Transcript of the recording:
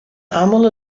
aml